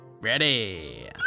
Ready